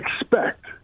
expect